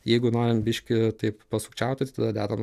jeigu norim biškį taip pasukčiauti tai tada dedam